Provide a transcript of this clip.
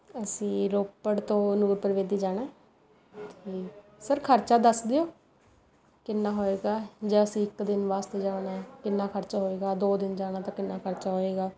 ਅਸੀਂ ਰੋਪੜ ਤੋਂ ਨੂਰਪੁਰ ਬੇਦੀ ਜਾਣਾ ਹੈ ਅਤੇ ਸਰ ਖਰਚਾ ਦੱਸ ਦਿਓ ਕਿੰਨਾਂ ਹੋਏਗਾ ਜੇ ਅਸੀਂ ਇੱਕ ਦਿਨ ਵਾਸਤੇ ਜਾਣਾ ਹੈ ਕਿੰਨਾਂ ਖਰਚਾ ਹੋਏਗਾ ਦੋ ਦਿਨ ਜਾਣਾ ਤਾਂ ਕਿੰਨਾਂ ਖਰਚਾ ਹੋਏਗਾ